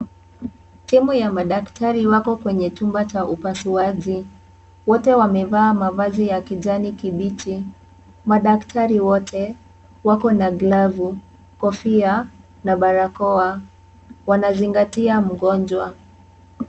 Timu ya madaktari wako kwenye chumba cha upasuaji. Wote wamevaa mavazi ya kijani kibichi. Madaktari wote wako na glavu, kofia na barakoa. Wanazingatia mgonjwa.